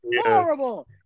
horrible